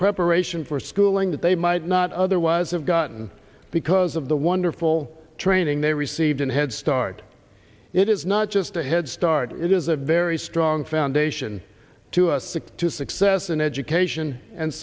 preparation for schooling that they might not otherwise have gotten because of the wonderful training they received in headstart it is not just a head start it is a very strong foundation to us the key to success in education and